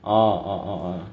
orh orh